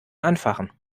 anfachen